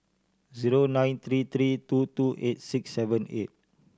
zero nine three three two two eight six seven eight